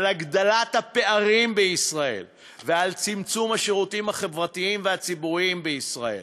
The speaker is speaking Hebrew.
על הגדלת הפערים בישראל ועל צמצום השירותים החברתיים והציבוריים בישראל.